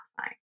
fine